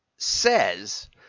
says